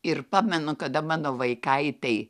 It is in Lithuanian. ir pamenu kada mano vaikaitei